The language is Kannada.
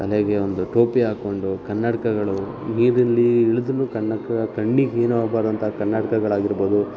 ತಲೆಗೆ ಒಂದು ಟೋಪಿ ಹಾಕಿಕೊಂಡು ಕನ್ನಡಕಗಳು ನೀರಲ್ಲಿ ಇಳ್ದ್ರೂ ಕಣ್ಣಕ್ಕ ಕಣ್ಣಿಗೆ ಏನೂ ಆಗ್ಬಾರದಂಥ ಕನ್ನಡಕಗಳಾಗಿರ್ಬೋದು